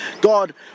God